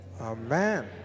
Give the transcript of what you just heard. amen